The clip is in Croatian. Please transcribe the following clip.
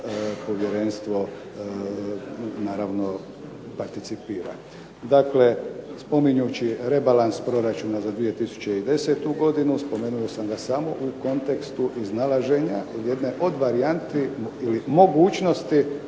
povjerenstvo naravno participira. Dakle spominju rebalans proračuna za 2010. godinu spomenuo sam ga samo u kontekstu iznalaženja jedne od varijanti ili mogućnosti